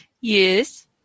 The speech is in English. Yes